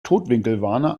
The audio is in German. totwinkelwarner